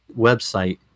website